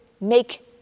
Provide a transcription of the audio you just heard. make